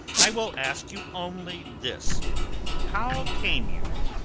i will ask you only this how came you,